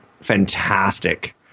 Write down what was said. Fantastic